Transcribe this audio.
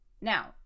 Now